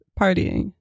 partying